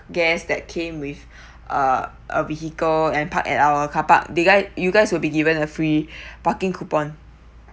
guests that came with uh a vehicle and park at our car park that guys you guys will be given a free parking coupon